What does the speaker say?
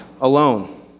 alone